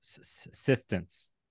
assistance